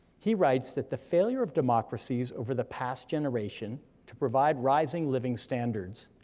he writes that the failure of democracies over the past generation to provide rising living standards,